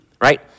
right